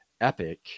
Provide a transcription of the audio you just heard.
epic